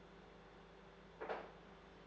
mm